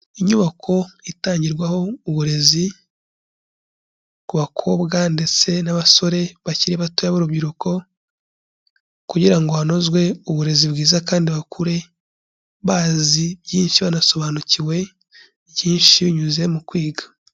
Inyubako itangirwaho uburezi ku bakobwa ndetse n'abasore bakiri batoya b'urubyiruko kugira ngo hanozwe uburezi bwiza kandi bakure bazi byinshi, banasobanukiwe byinshi binyuze mu kwiga.